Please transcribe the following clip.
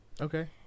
Okay